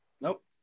Nope